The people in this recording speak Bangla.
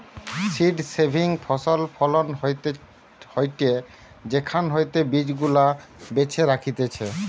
সীড সেভিং ফসল ফলন হয়টে সেখান হইতে বীজ গুলা বেছে রাখতিছে